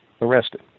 arrested